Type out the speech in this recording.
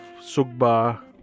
sugba